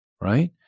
right